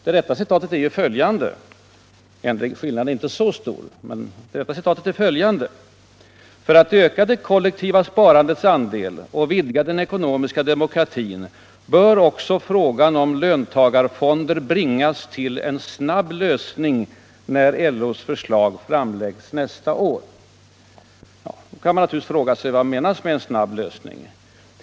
Det rätta citatet är följande — skillnaden är inte så stor: ”För att öka det kollektiva sparandets andel och vidga den ekonomiska demokratin bör också frågan om löntagarfonder bringas till en snabb lösning när LO:s förslag framläggs nästa år.” Nu kan man naturligtvis fråga sig vad som menas med en snabb lösning.